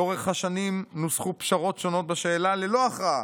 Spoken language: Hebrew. לאורך השנים נוסחו פשרות שונות בשאלה ללא הכרעה.